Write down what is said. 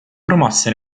promosse